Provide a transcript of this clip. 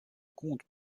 compte